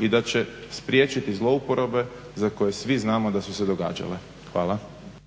i da će spriječiti zlouporabe za koje svi znamo da su se događale. Hvala.